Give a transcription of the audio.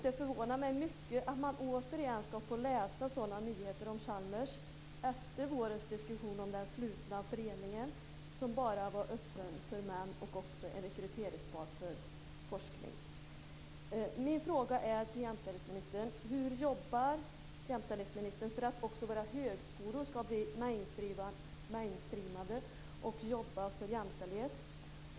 Det förvånar mig mycket att man återigen ska få läsa sådana nyheter om Chalmers efter vårens diskussion om den slutna föreningen, som bara var öppen för män och också är rekryteringsbas för forskning. Mina frågor till jämställdhetsministern är: Hur arbetar jämställdhetsministern för att också våra högskolor ska bli "mainstreamade" och jobba för jämställdhet?